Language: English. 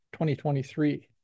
2023